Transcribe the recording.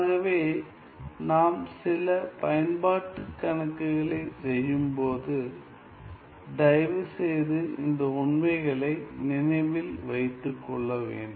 ஆகவே நாம் சில பயன்பாட்டு கணக்குகளை செய்யும்போது தயவுசெய்து இந்த உண்மைகளை நினைவில் வைத்துக் கொள்ளவேண்டும்